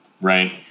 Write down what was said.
right